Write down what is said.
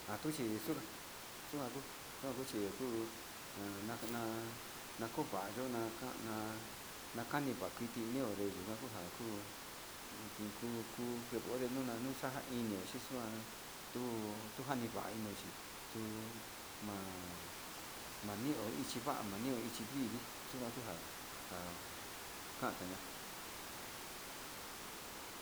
Atuchi xunga, xunga xuchi ngaku han na'a nakovayo nakana, na'a konivao kiti yunden nakunaku kuku kenjode nuu xa'a njan ini chixua tu tunjani va'a inio chi xuu ma'a mavio ichi va'a ma'a nio ichi vii vii xunjan kuja kanxaña.